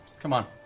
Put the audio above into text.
come on.